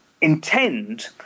intend